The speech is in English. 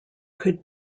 could